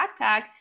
backpack